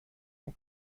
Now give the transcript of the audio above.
dem